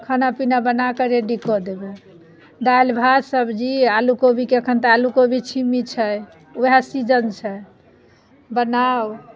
खाना पीना बना कऽ रेडी कऽ देबै दालि भात सब्जी आलू कोबीके एखन तऽ आलू कोबी छिम्मी छै उएह सीजन छै बनाउ